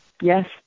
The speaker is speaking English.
Yes